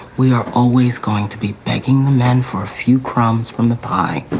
we are always going to be thanking the man for a few crumbs from the pie,